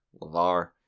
Lavar